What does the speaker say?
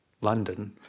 London